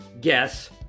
guess